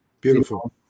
beautiful